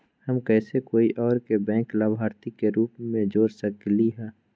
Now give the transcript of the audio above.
हम कैसे कोई और के बैंक लाभार्थी के रूप में जोर सकली ह?